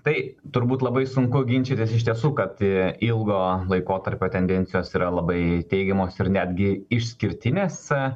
tai turbūt labai sunku ginčytis iš tiesų kad ilgo laikotarpio tendencijos yra labai teigiamos ir netgi išskirtinės